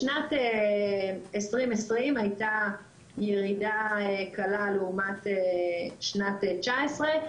בשנת 2020 הייתה ירידה קלה לעומת שנת 2019,